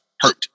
hurt